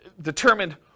determined